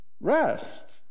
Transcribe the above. rest